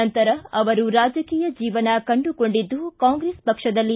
ನಂತರ ಅವರು ರಾಜಕೀಯ ಜೀವನ ಕಂಡುಕೊಂಡಿದ್ದು ಕಾಂಗ್ರೆಸ್ ಪಕ್ಷದಲ್ಲಿ